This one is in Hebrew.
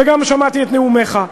וגם שמעתי את נאומיך,